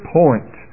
point